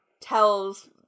tells